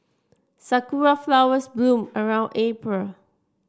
Sakura flowers bloom around April